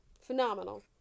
Phenomenal